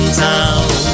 town